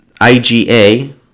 IgA